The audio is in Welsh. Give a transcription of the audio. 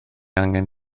angen